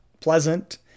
pleasant